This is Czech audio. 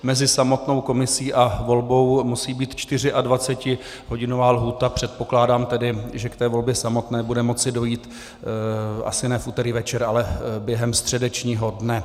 Mezi samotnou komisí a volbou musí být čtyřiadvacetihodinová lhůta, předpokládám tedy, že k té volbě samotné bude moci dojít asi ne v úterý večer, ale během středečního dne.